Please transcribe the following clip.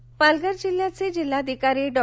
निवडणूक पालघर जिल्ह्याचे जिल्हाधिकारी डॉ